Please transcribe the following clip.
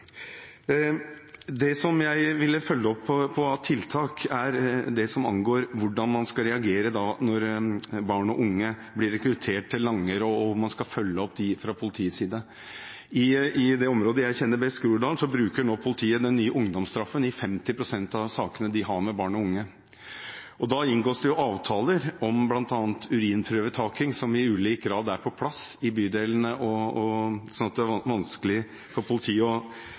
Det som jeg vil følge opp av tiltak, er det som angår hvordan man skal reagere når barn og unge blir rekruttert til langere, og hvordan man skal følge dem opp fra politiets side. I det området som jeg kjenner best, Groruddalen, bruker politiet nå den nye ungdomsstraffen i 50 pst. av sakene med barn og unge. Da inngås det avtaler om bl.a. urinprøvetaking, som i ulik grad er på plass i bydelene, sånn at det vanskelig for politiet å